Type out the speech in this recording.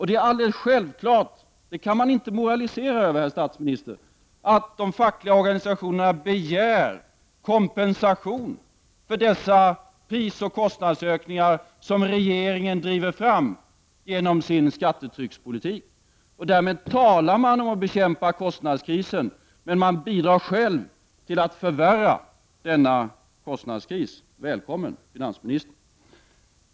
Det är alldeles självklart — och det kan man inte moralisera över, herr statsminister — att de fackliga organisationerna begär kompensation för dessa prisoch kostnadsökningar som regeringen driver fram genom sin skattetryckspolitik. Man talar om att bekämpa kostnadskrisen, men man bidrar själv till att förvärra den. Välkommen finansministern!